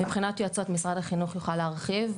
מבחינת יועצות משרד החינוך אני יכולה להרחיב,